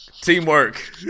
teamwork